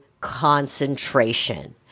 concentration